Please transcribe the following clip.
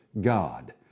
God